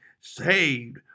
saved